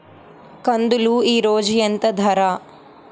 కందులు ఈరోజు ఎంత ధర?